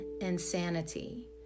insanity